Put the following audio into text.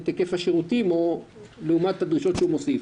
היקף השירותים לעומת הדרישות שהוא מוסיף,